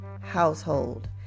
household